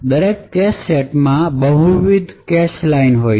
દરેક કેશ સેટમાં બહુવિધ કેશ લાઇનો હોય છે